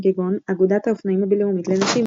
כגון אגודת האופנועים הבינלאומית לנשים,